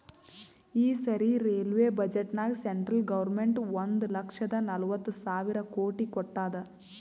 ಈ ಸರಿ ರೈಲ್ವೆ ಬಜೆಟ್ನಾಗ್ ಸೆಂಟ್ರಲ್ ಗೌರ್ಮೆಂಟ್ ಒಂದ್ ಲಕ್ಷದ ನಲ್ವತ್ ಸಾವಿರ ಕೋಟಿ ಕೊಟ್ಟಾದ್